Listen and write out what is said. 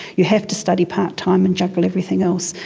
you have to study part time and juggle everything else,